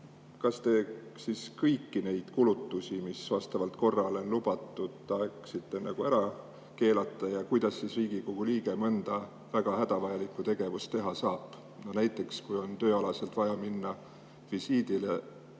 kas te siis kõik need kulutused, mis vastavalt korrale on lubatud, tahaksite ära keelata? Ja kuidas Riigikogu liige mõnda väga hädavajalikku tegevust teha saab? Kui on näiteks tööalaselt vaja minna visiidile,